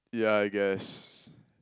ya I guess